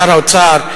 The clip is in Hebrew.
שר האוצר,